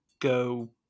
go